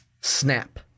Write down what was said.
snap